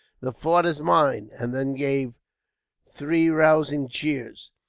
the fort is mine! and then gave three rousing cheers.